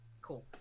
Cool